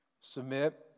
submit